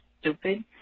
stupid